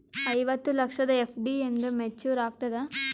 ಐವತ್ತು ಲಕ್ಷದ ಎಫ್.ಡಿ ಎಂದ ಮೇಚುರ್ ಆಗತದ?